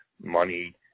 money